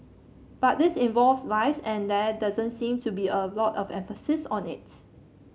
but this involves lives and there doesn't seem to be a lot of emphasis on it